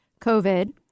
COVID